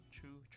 true